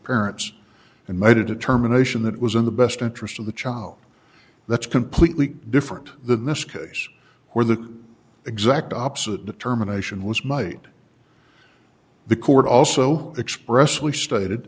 parents and made a determination that it was in the best interest of the child that's completely different than this case where the exact opposite determination was made the court also expressly stated